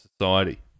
society